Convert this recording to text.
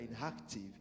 inactive